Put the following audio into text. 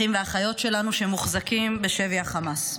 אחים ואחיות שלנו, שמוחזקים בשבי חמאס,